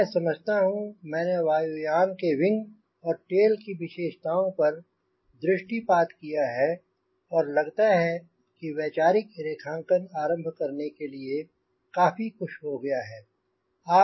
मैं समझता हूँ मैंने वायु यान के विंग और टेल की विशेषताओं पर दृष्टि पात किया है और लगता है कि वैचारिक रेखांकन आरंभ करने के लिए काफी कुछ हो गया है